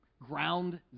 ground